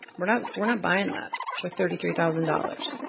we're not we're not buying that with thirty three thousand dollars.